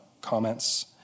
comments